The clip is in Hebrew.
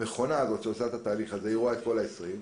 המכונה הזאת שעושה את התהליך הזה רואה את כל ה-10,